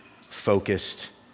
focused